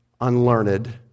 unlearned